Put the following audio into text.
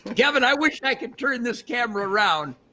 kevin, i wish i could turn this camera around.